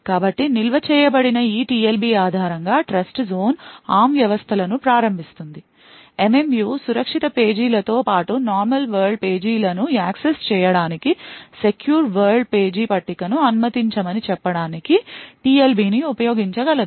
కాబట్టి నిల్వ చేయబడిన ఈ TLB ఆధారంగా ట్రస్ట్జోన్ ARM వ్యవస్థలను ప్రారంభిస్తుంది MMU సురక్షిత పేజీలతో పాటు నార్మల్ వరల్డ్ పేజీలను యాక్సెస్ చేయడానికి సెక్యూర్ వరల్డ్ పేజీ పట్టికను అనుమతించమని చెప్పడానికి TLB ని ఉపయోగించగలదు